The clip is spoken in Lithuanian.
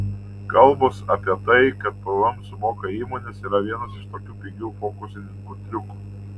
kalbos apie tai kad pvm sumoka įmonės yra vienas iš tokių pigių fokusininkų triukų